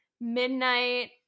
midnight